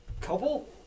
Couple